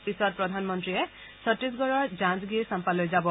পিছত প্ৰধানমন্ত্ৰী চট্টীশগড়ৰ জাঞ্জগিৰ চাম্পালৈ যাব